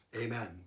Amen